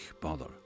bother